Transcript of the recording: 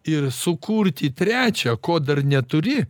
ir sukurti trečią ko dar neturi